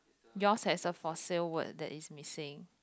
yours has a for sales word that is missing